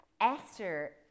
Esther